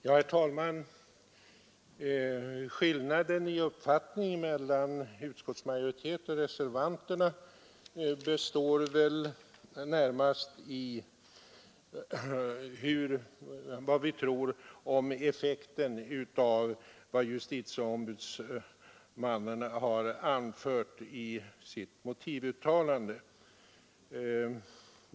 Herr talman! Skillnaden i uppfattning mellan utskottsmajoritet och reservanter består väl närmast i vad vi tror om effekten av vad JO har anfört i sitt uttalande.